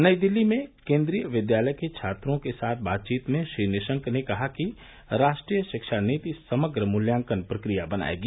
नई दिल्ली में केंद्रीय विद्यालय के छात्रों के साथ बातचीत में श्री निशंक ने कहा कि राष्ट्रीय शिक्षा नीति समग्र मूल्यांकन प्रक्रिया बनाएगी